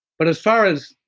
but as far as